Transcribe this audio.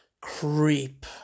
creep